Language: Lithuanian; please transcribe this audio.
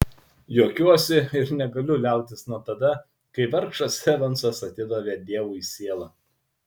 juokiuosi ir negaliu liautis nuo tada kai vargšas evansas atidavė dievui sielą